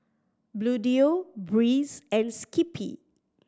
Bluedio Breeze and Skippy